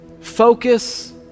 focus